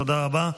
תודה רבה.